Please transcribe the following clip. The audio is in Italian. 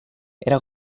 era